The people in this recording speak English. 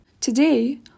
Today